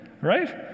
Right